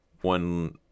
one